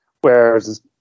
whereas